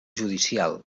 judicial